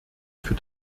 für